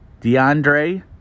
DeAndre